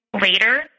later—